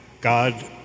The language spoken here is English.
God